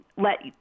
let